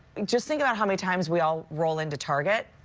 just think about how many times we all roll into target.